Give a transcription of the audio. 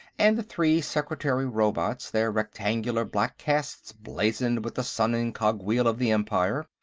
and the three secretary-robots, their rectangular black casts blazened with the sun and cogwheel of the empire.